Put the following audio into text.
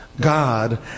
God